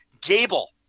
Gable